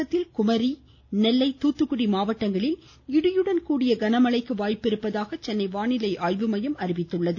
தமிழகத்தில் குமரி நெல்லை தூததுக்குடி மாவட்டங்களில் இடியுடன் கூடிய கன மழைக்கு வாய்ப்புள்ளதாக சென்னை வானிலை அறிவித்துள்ளது